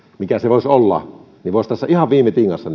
mikä se voisi olla niin että voisi tässä ihan viime tingassa